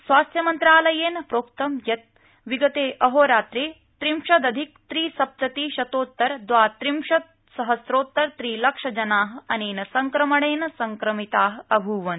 स्वास्थ्यमन्त्रालयः प्रोक्तं यत् विगत अिहोरात्र प्रिंशदधिकत्रिसप्ततिशतोत्तर द्वात्रिंशत्सहस्रोत्तरत्रिलक्ष जना अन्त संक्रमणर्त संक्रमिता अभूवन्